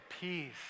peace